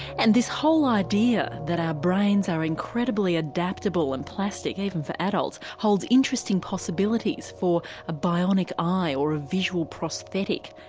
and this whole idea that our brains are incredibly adaptable and plastic, even for adults, holds interesting possibilities for a bionic eye or a visual prosthetic,